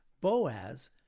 Boaz